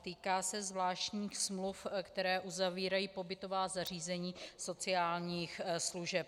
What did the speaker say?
Týká se zvláštních smluv, které uzavírají pobytová zařízení sociálních služeb.